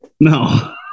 No